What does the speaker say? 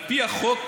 על פי החוק,